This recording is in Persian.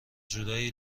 جورایی